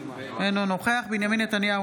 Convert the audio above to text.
אינו נוכח בנימין נתניהו,